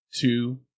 two